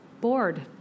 bored